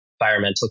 environmental